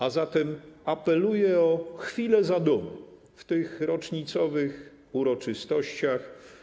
A zatem apeluję o chwilę zadumy w tych rocznicowych uroczystościach.